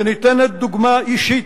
וניתנת דוגמה אישית.